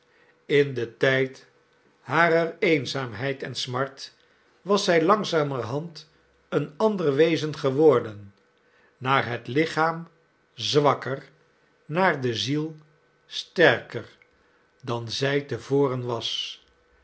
in den tijd harer eenzaamheid en smart was zij langzamerhand een ander wezen geworden naar het lichaam zwakker naar de ziel sterker dan zij te voren was